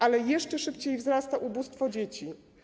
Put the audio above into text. Ale jeszcze szybciej wzrasta ubóstwo wśród dzieci.